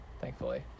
thankfully